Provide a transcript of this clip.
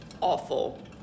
awful